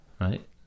right